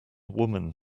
woman